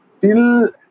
till